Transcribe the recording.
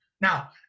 now